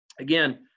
again